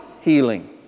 healing